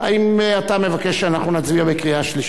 האם אתה מבקש שאנחנו נצביע בקריאה שלישית?